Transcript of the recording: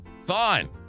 Fine